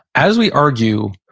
as we argue,